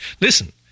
listen